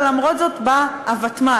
ולמרות זאת בא הוותמ"ל,